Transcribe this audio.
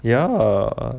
ya